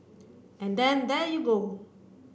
and then there you go